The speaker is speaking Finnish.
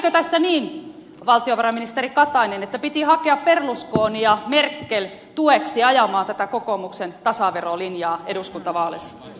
kävikö tässä niin valtiovarainministeri katainen että piti hakea berlusconi ja merkel tueksi ajamaan tätä kokoomuksen tasaverolinjaa eduskuntavaaleissa